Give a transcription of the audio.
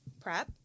prep